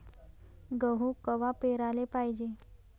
गहू कवा पेराले पायजे?